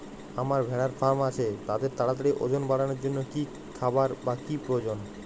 আমার ভেড়ার ফার্ম আছে তাদের তাড়াতাড়ি ওজন বাড়ানোর জন্য কী খাবার বা কী প্রয়োজন?